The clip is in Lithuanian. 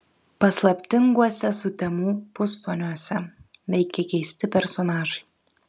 paslaptinguose sutemų pustoniuose veikia keisti personažai